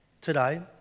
today